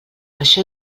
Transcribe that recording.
això